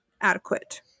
adequate